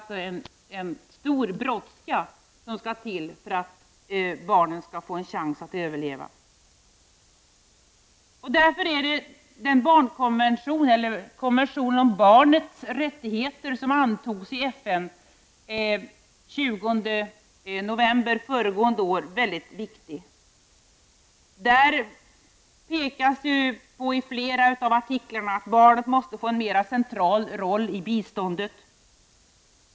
Det brådskar alltså verkligen med insatser för att barnen skall ha en chans att överleva. Den konvention om barnets rättigheter som antogs i FN den 20 november förra året är väldigt viktig. Av flera artiklar där framgår det att barnet måste få en mera central roll i biståndet.